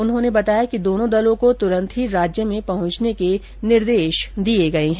उन्होंने बताया कि दोनों दलों को तुरन्त ही राज्य में पहुंचने के निर्देश दिए गए है